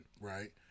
right